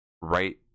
right